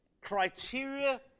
criteria